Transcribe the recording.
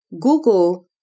Google